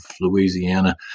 Louisiana